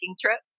trip